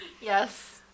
Yes